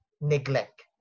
neglect